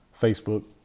Facebook